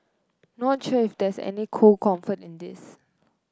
not sure if there is any cold comfort in this